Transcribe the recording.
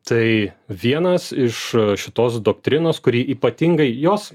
tai vienas iš šitos doktrinos kuri ypatingai jos